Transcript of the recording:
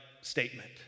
statement